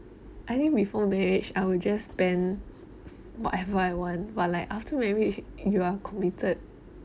I mean before marriage I will just spend whatever I want but like after marriage you are committed